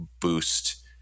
boost